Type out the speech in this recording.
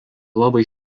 labai